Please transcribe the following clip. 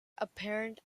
apparent